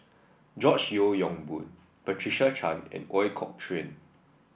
George Yeo Yong Boon Patricia Chan and Ooi Kok Chuen